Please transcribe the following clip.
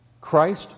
Christ